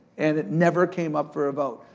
and it never came up for a vote.